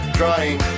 trying